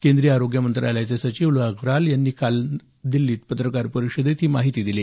केंद्रीय आरोग्य मंत्रालयाचे सचिव लव अग्रवाल यांनी काल दिल्लीत पत्रकार परिषदेत ही माहिती दिली